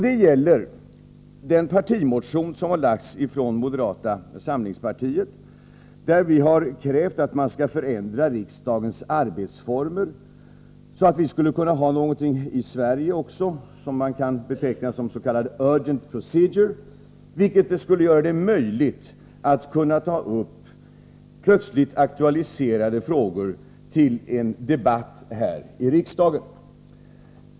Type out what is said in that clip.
Det gäller den partimotion som har väckts från moderata samlingspartiet där vi har krävt att man skall förändra riksdagens arbetsformer, så att vi också i Sverige skulle kunna ha något som kan betecknas som ”urgent procedure”, vilket skulle göra det möjligt att ta upp plötsligt aktualiserade frågor till en debatt här i riksdagen.